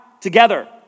together